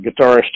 guitarist